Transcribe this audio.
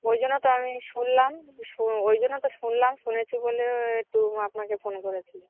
ওই জন্য তো আমি শুনলাম শু ওই জন্য তো শুনলাম শুনেছি বলে একটু আপনাকে ফোন করেছি